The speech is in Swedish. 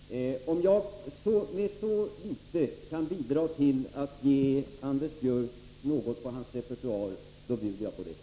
Nr 44 Herr talman! Om jag med så litet kan bidra till att ge Anders Björck något Måndagen den